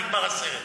נגמר הסרט.